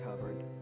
covered